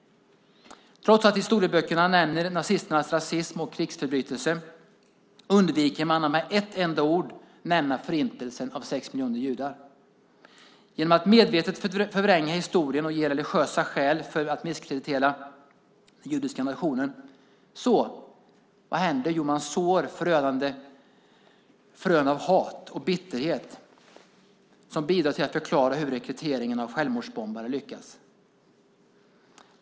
Trots att historieböckerna nämner nazisternas rasism och krigsförbrytelser undviker man att med ett enda ord nämna förintelsen av sex miljoner judar. Genom att medvetet förvränga historien och ge religiösa skäl för att misskreditera den judiska nationen sår man frön av hat och bitterhet, vilket kan bidra till att förklara hur rekryteringen av självmordsbombare lyckas.